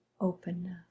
openness